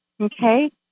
okay